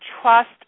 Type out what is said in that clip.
trust